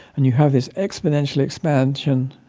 and you have this exponential expansion,